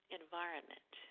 environment